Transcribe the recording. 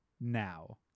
now